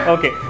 Okay